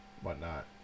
whatnot